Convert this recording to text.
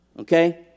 Okay